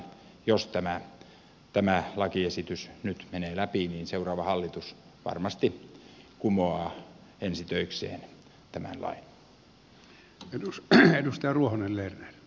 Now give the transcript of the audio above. jos tämä lakiesitys nyt menee läpi niin seuraava hallitus varmasti kumoaa ensi töikseen tämän lain